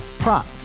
Prop